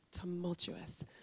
tumultuous